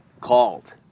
called